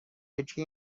یکی